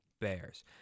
Bears